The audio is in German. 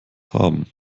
haben